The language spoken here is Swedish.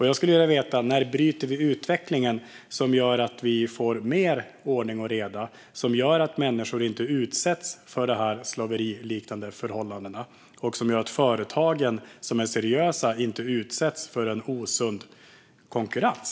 Jag skulle vilja veta när vi bryter utvecklingen så att vi får mer ordning och reda och människor inte utsätts för dessa slaveriliknande förhållanden och de seriösa företagen inte utsätts för en osund konkurrens.